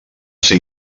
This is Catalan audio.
ser